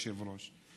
יושב-ראש?